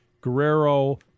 Guerrero